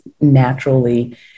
naturally